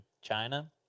China